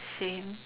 same